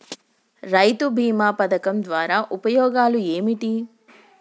రైతు బీమా పథకం ద్వారా ఉపయోగాలు ఏమిటి?